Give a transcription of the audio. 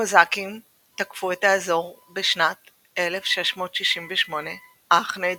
קוזאקים תקפו את האזור בשנת 1668 אך נהדפו.